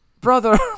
brother